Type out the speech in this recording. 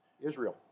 Israel